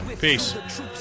Peace